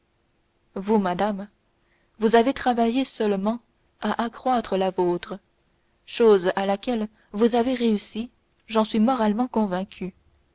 vous madame vous avez travaillé seulement à accroître la vôtre chose à laquelle vous avez réussi j'en suis moralement convaincu